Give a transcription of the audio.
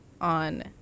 on